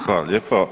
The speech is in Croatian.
Hvala lijepo.